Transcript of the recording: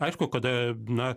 aišku kada na